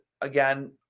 again